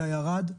אלא ירד.